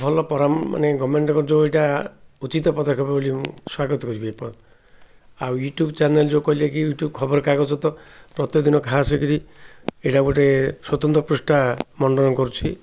ଭଲ ମାନେ ଗଭର୍ନମେଣ୍ଟ ଯେଉଁ ଏଇଟା ଉଚିତ ପଦକ୍ଷେପ ବୋଲି ମୁଁ ସ୍ଵାଗତ କରିବି ଏ ଆଉ ୟୁ ଟ୍ୟୁବ୍ ଚ୍ୟାନେଲ୍ ଯେଉଁ କହିଲେ କି ୟୁ ଟ୍ୟୁବ୍ ଖବରକାଗଜ ତ ପ୍ରତ୍ୟେକ ଦିନ ଖାସ କରି ଏଇଟା ଗୋଟେ ସ୍ୱତନ୍ତ୍ର ପୃଷ୍ଠା ମଣ୍ଡନ କରୁଛି